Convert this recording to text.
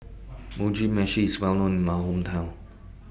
Mugi Meshi IS Well known in My Hometown